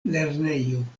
lernejo